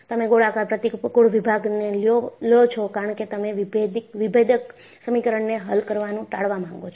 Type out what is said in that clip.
તમે ગોળાકાર પ્રતિકુળ વિભાગને લો છો કારણ કે તમે વિભેદ્ક સમીકરણોને હલ કરવાનું ટાળવવા માંગો છો